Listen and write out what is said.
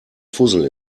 fussel